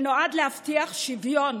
שנועד להבטיח שוויון